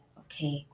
okay